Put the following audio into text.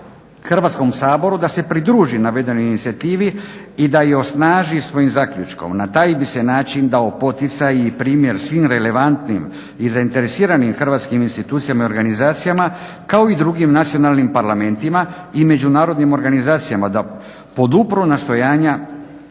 Hrvatskom saboru da se pridruži navedenoj inicijativi i da je osnaži svojim zaključkom. Na taj bi se način dao poticaj i primjer svim relevantnim i zainteresiranim hrvatskim institucijama i organizacijama kao i drugim nacionalnim parlamentima i međunarodnim organizacijama da podupru nastojanja